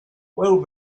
well